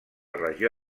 regió